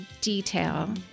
detail